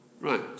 Right